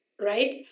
right